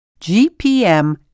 GPM